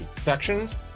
sections